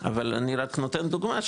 אבל אני רק נותן דוגמא,